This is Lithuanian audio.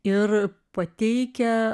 ir pateikia